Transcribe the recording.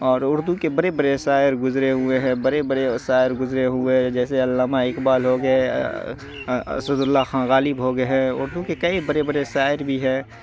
اور اردو کے بڑے بڑے شاعر گزرے ہوئے ہیں بڑے بڑے شاعر گزرے ہوئے جیسے علامہ اقبال ہو گئے اسد اللہ خاں غالب ہو گئے ہیں اردو کے کئی بڑے بڑے شاعر بھی ہے